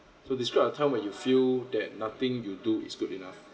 so describe a time when you feel that nothing you do is good enough